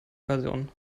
person